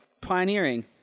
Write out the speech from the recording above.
pioneering